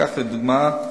כך, לדוגמה,